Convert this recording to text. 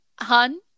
Hun